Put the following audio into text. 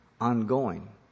ongoing